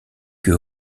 que